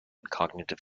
cognitive